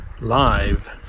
live